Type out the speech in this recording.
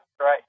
right